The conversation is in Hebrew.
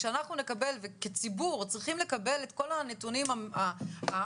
כשאנחנו כציבור צריכים לקבל את כל הנתונים האמיתיים,